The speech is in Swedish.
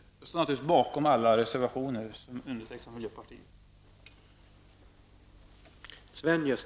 Jag står naturligtvis bakom alla reservationer från miljöpartiet.